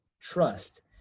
trust